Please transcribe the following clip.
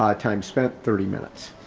um time spent thirty minutes.